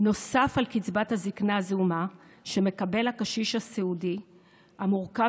נוסף על קצבת הזקנה הזעומה שמקבל הקשיש הסיעודי המורכב,